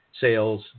sales